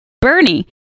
Bernie